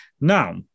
Now